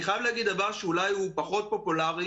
אני חייב להגיד דבר שאולי הוא פחות פופולארי.